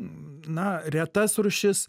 na retas rūšis